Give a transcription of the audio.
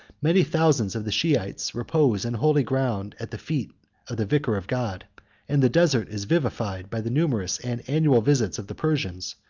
many thousands of the shiites repose in holy ground at the feet of the vicar of god and the desert is vivified by the numerous and annual visits of the persians,